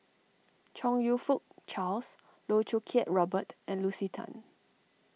Chong You Fook Charles Loh Choo Kiat Robert and Lucy Tan